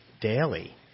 daily